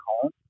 home